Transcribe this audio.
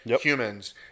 humans